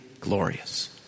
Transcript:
glorious